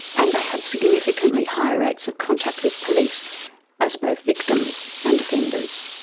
and they had significantly higher rates of contact with police as both victims and offenders.